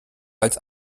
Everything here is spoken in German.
als